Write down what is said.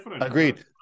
Agreed